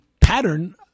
pattern